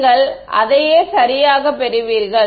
நீங்கள் அதையே சரியாகப் பெறுவீர்கள்